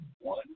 one